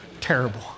Terrible